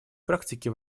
практики